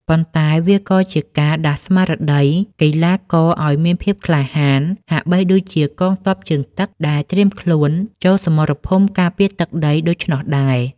ប៉ុន្តែវាក៏ជាការដាស់ស្មារតីកីឡាករឱ្យមានភាពក្លាហាន ហាក់បីដូចជាកងទ័ពជើងទឹកដែលត្រៀមខ្លួនចូលសមរភូមិការពារទឹកដីដូច្នោះដែរ។